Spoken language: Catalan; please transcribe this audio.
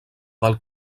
del